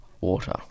water